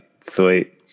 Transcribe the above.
sweet